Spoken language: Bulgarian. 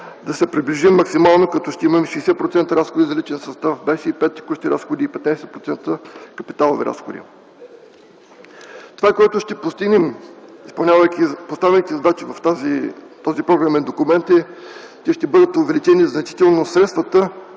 да се приближим максимално, като ще имаме 60% разходи за личен състав, 25% за текущи разходи и 15% капиталови разходи. Това, което ще постигнем, поставяйки задача в този програмен документ, е, че ще бъдат увеличени значително средствата